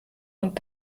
und